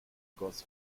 goss